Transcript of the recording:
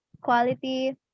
quality